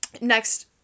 next